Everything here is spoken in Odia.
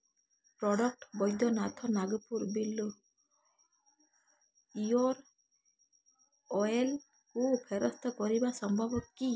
ପ୍ରଡ଼କ୍ଟ୍ ବୈଦ୍ୟନାଥ ନାଗପୁର ବିଲ୍ୱ ଇଅର୍ ଅଏଲ୍କୁ ଫେରସ୍ତ କରିବା ସମ୍ଭବ କି